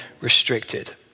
restricted